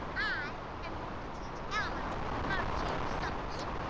i am going to teach elmo how to change something